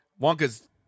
Wonka's